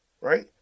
right